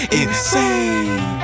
insane